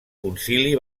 concili